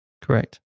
Correct